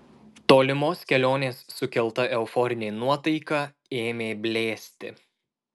tolimos kelionės sukelta euforinė nuotaika ėmė blėsti